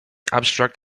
abstract